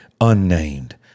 unnamed